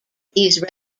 these